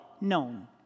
known